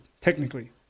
technically